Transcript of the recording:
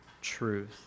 truth